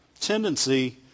Tendency